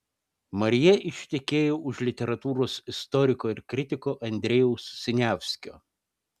marija ištekėjo už literatūros istoriko ir kritiko andrejaus siniavskio